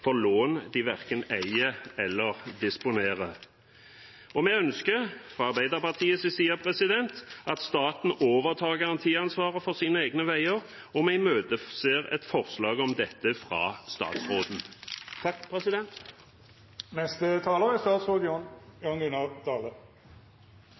for lån de verken eier eller disponerer. Fra Arbeiderpartiets side ønsker vi at staten overtar garantiansvaret for sine egne veier, og vi imøteser et forslag om dette fra statsråden.